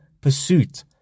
pursuit